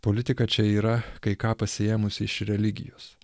politika čia yra kai ką pasiėmusi iš religijos